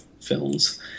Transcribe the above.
films